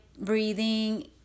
breathing